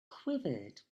quivered